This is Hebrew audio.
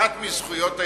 אחת מזכויות היסוד,